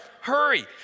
hurry